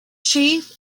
chief